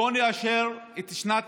בואו נאשר את שנת